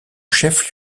chef